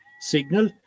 signal